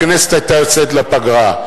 הכנסת היתה יוצאת לפגרה.